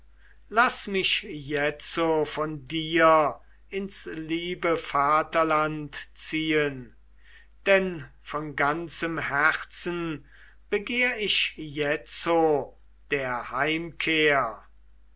laß mich jetzo von dir ins liebe vaterland ziehen denn von ganzem herzen begehr ich jetzo der heimkehr